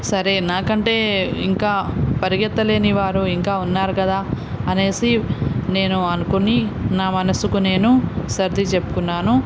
సరే నాకంటే ఇంకా పరిగెత్తలేని వారు ఇంకా ఉన్నారు కదా అనేసి నేను అనుకుని నా మనసుకు నేను సర్ది చెప్పుకున్నాను